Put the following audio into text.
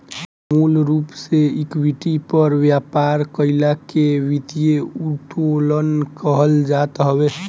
मूल रूप से इक्विटी पर व्यापार कईला के वित्तीय उत्तोलन कहल जात हवे